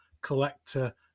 Collector